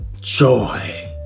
joy